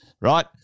right